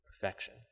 perfection